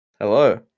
Hello